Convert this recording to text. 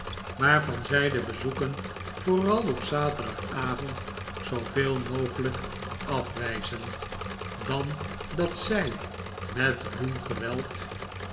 waarvan zij de bezoeken vooi'al op zaterdagavond zooveel mogelijk afwijzeh dan dat zij met ruw geweld